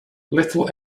little